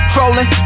Trolling